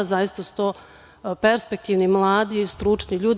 Zaista su to perspektivni mladi, stručni ljudi.